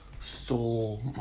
stole